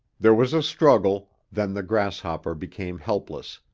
there was a struggle, then the grasshopper became helpless,